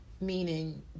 Meaning